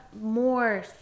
more